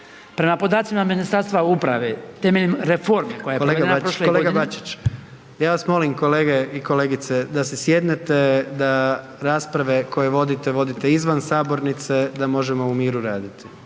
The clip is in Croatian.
Prema podacima Ministarstva uprave, temeljem reforme … **Jandroković, Gordan (HDZ)** Kolega Bačić, ja vas molim kolege i kolegice da si sjednete, da rasprave koje vodite, vodite izvan sabornice da možemo u miru raditi,